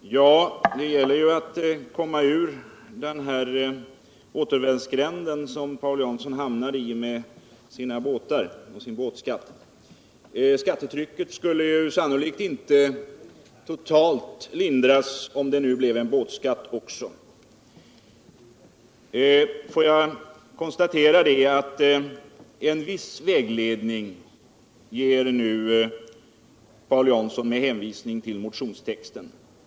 Herr talman! Det gäller nu för Paul Jansson att komma ur den återvändsgränd han hamnat i när det gäller båtarna och båtskatten. Skattetrycket skulle sannolikt inte lindras totalt om det blev en båtskatt också. Jag kan konstatera att en viss vägledning ges genom Paul Janssons hänvisning till motionstexten.